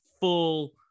full